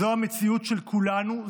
זו המציאות של כולנו,